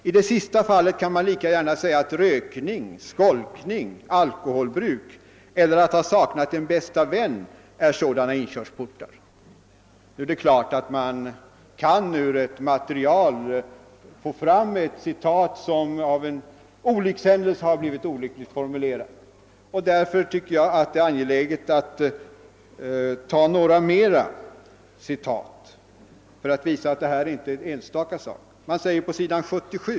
I det sista fallet kan man lika gärna säga att rökning, skolkning, alkoholbruk eller att ha saknat en ”bästa vän” är sådana inkörsportar.» Nu är det klart att man ur ett material kan citera avsnitt som råkat bli olyckligt formulerade. Jag finner det därför angeläget att ta några fler citat för att visa att detta inte är en enstaka sak.